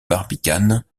barbicane